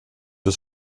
das